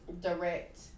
direct